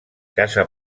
casa